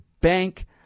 bank